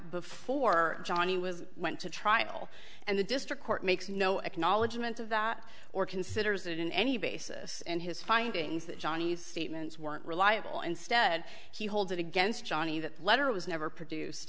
before johnnie was went to trial and the district court makes no acknowledgement of that or considers it in any basis and his findings that johnny's statements weren't reliable instead he holds it against johnny that letter was never produced